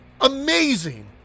Amazing